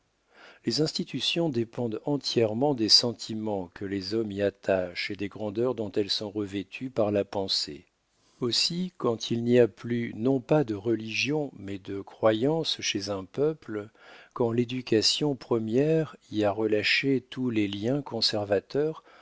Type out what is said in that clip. les institutions dépendent entièrement des sentiments que les hommes y attachent et des grandeurs dont elles sont revêtues par la pensée aussi quand il n'y a plus non pas de religion mais de croyance chez un peuple quand l'éducation première y a relâché tous les liens conservateurs